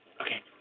Okay